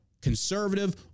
conservative